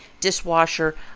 dishwasher